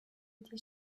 été